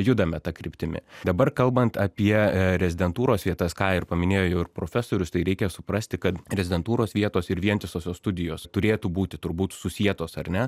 judame ta kryptimi dabar kalbant apie rezidentūros vietas ką ir paminėjo jau ir profesorius tai reikia suprasti kad rezidentūros vietos ir vientisosios studijos turėtų būti turbūt susietos ar ne